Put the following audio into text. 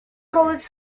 college